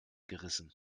gerissen